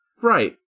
right